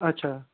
अच्छा